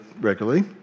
regularly